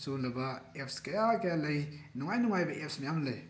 ꯁꯤꯒꯨꯝꯂꯕ apps ꯀꯌꯥ ꯀꯌꯥ ꯂꯩ ꯅꯨꯡꯉꯥꯏ ꯅꯨꯡꯉꯥꯏꯕ ꯑꯦꯞꯁ ꯃꯌꯥꯝ ꯂꯩ